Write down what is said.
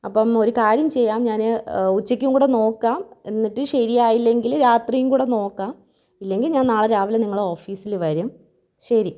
അപ്പം ഒരു കാര്യം ചെയ്യാം ഞാൻ ഉച്ചക്കും കൂടെ നോക്കാം എന്നിട്ട് ശരിയായില്ലെങ്കിൽ രാത്രീം കൂടെ നോക്കാം ഇല്ലെങ്കിൽ ഞാൻ നാളെ രാവിലെ നിങ്ങളെ ഓഫീസിൽ വരും ശരി